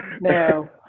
No